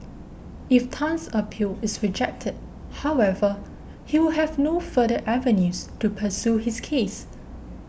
if Tan's appeal is rejected however he will have no further avenues to pursue his case